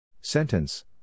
Sentence